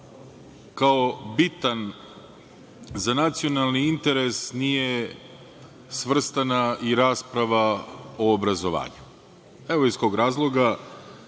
kao bitan za nacionalni interes nije svrstana i rasprava o obrazovanju. Evo iz kog razloga,